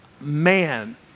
man